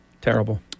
terrible